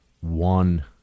one